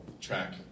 track